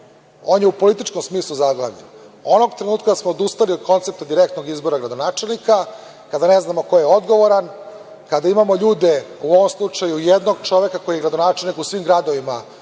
je u političkom smislu zaglavljen, onog trenutka kada smo odustali od koncepta direktnog izbora gradonačelnika, kada ne znamo ko je odgovoran. Kada imamo ljude u ovom slučaju jednog čoveka koji je gradonačelnik u svim gradovima